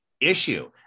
issue